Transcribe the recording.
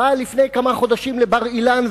בא לפני כמה חודשים לבר-אילן,